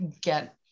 get